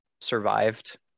survived